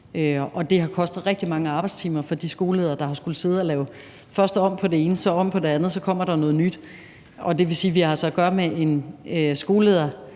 Det har kostet rigtig mange arbejdstimer for de skoleledere, der har skullet sidde og lave først om på det ene, så om på det andet, og så kommer der noget nyt. Det vil sige, at vi altså har at gøre med en skoleledergruppe,